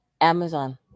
Amazon